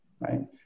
right